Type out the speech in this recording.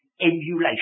emulation